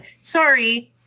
Sorry